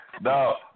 no